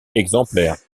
exemplaires